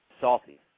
salty